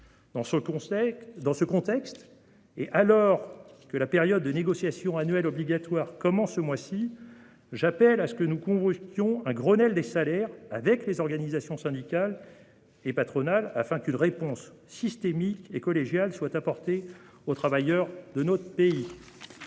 Dans ce contexte et alors que la période de négociations annuelles obligatoires commence ce mois-ci, j'appelle à ce que nous convoquions un Grenelle des salaires réunissant les organisations syndicales et patronales, afin qu'une réponse systémique et collégiale soit apportée aux travailleurs de notre pays.